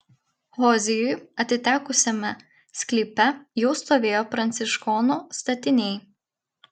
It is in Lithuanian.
hozijui atitekusiame sklype jau stovėjo pranciškonų statiniai